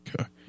Okay